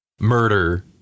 murder